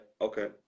Okay